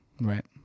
right